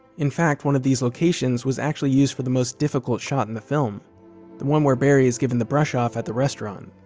in fact, one of these locations was actually used for the most difficult shot in the film the one where barry is given the brush off at the restaurant.